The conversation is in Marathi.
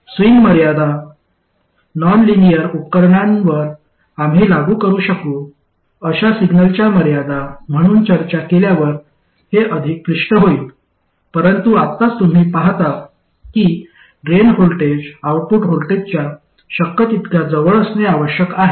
स्विंग मर्यादा नॉन लिनिअर उपकरणांवर आम्ही लागू करू शकू अशा सिग्नलच्या मर्यादा म्हणून चर्चा केल्यावर हे अधिक स्पष्ट होईल परंतु आत्ताच तुम्ही पाहाल की ड्रेन व्होल्टेज आउटपुट व्होल्टेजच्या शक्य तितक्या जवळ असणे आवश्यक आहे